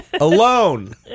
Alone